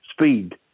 speed